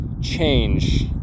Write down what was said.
change